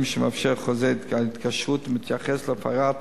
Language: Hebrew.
אמצעים שמאפשר חוזה ההתקשרות, המתייחסים להפרת